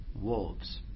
wolves